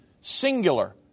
singular